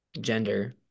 gender